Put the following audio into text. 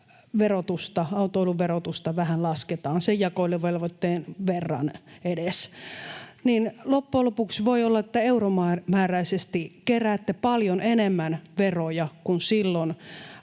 autoilun verotusta vähän lasketaan, sen jakeluvelvoitteen verran edes, mutta loppujen lopuksi voi olla, että euromääräisesti keräätte paljon enemmän veroja kuin silloin,